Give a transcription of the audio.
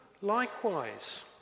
likewise